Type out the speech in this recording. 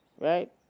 Right